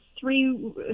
three